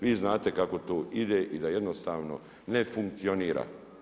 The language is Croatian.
Vi znate kako to ide i da jednostavno ne funkcionira.